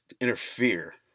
interfere